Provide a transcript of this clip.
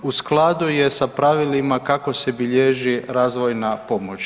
U skladu je sa pravilima kako se bilježi razvojna pomoć.